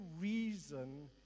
reason